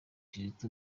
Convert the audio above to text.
kizito